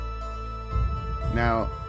Now